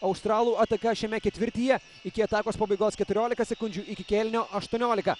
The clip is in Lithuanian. australų ataka šiame ketvirtyje iki atakos pabaigos keturiolika sekundžių iki kėlinio aštuoniolika